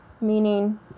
Meaning